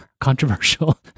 controversial